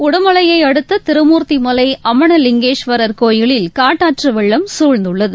உடுமலையை அடுத்த திருமூர்த்திமலை அமனலிங்கேஸ்வரர் கோயிலில் காட்டாற்று கவெள்ளம் சூழ்ந்துள்ளது